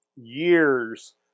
years